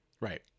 right